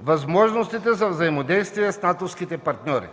възможностите за взаимодействие с натовските партньори.